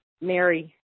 Mary